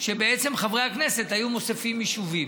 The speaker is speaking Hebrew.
שבהם בעצם חברי הכנסת היו מוסיפים יישובים.